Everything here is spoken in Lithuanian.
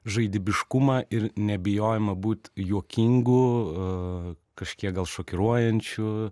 žaidibiškumą ir nebijojimą būt juokingu kažkiek gal šokiruojančiu